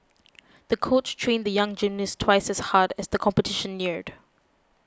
the coach trained the young gymnast twice as hard as the competition neared